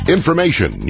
Information